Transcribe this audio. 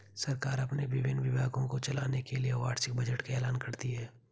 सरकार अपने विभिन्न विभागों को चलाने के लिए वार्षिक बजट का ऐलान करती है